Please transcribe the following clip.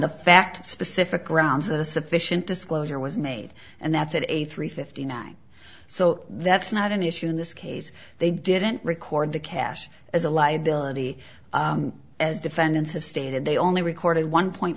the fact specific grounds that a sufficient disclosure was made and that's it a three fifty nine so that's not an issue in this case they didn't record the cash as a liability as defendants have stated they only recorded one point